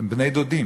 הם בני-דודים.